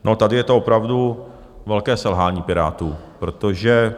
No tady je to opravdu velké selhání Pirátů, protože